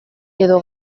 edo